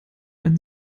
ein